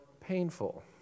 painful